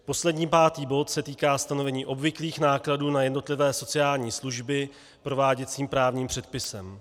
Poslední, pátý bod se týká stanovení obvyklých nákladů na jednotlivé sociální služby prováděcím právním předpisem.